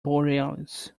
borealis